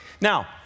Now